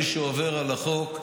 מי שעובר על החוק,